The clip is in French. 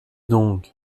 donc